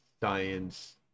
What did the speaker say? science